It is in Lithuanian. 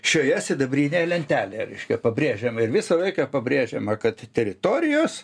šioje sidabrinėje lentelėje reiškia pabrėžiama ir visą laiką pabrėžiama kad teritorijos